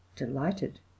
delighted